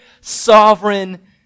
sovereign